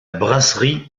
brasserie